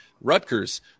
Rutgers